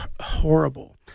horrible